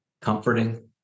comforting